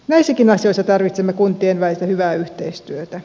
näissäkin asioissa tarvitsemme kuntien välistä hyvää yhteistyötä